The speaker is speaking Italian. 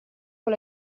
con